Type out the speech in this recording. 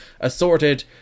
assorted